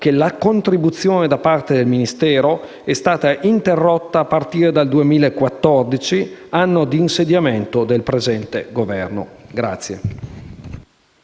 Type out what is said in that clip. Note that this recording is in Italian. che la contribuzione da parte del Ministero è stata interrotta a partire dal 2014, anno di insediamento del presente Governo.